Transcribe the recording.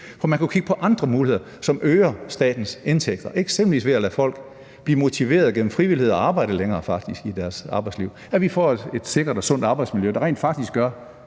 for man kunne kigge på andre muligheder, som øger statens indtægter, eksempelvis ved at lade folk blive motiveret gennem frivillighed og faktisk arbejde længere i deres arbejdsliv, og at vi får et sikkert og sundt arbejdsmiljø, der rent faktisk gør,